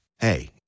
Hey